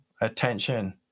attention